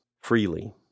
freely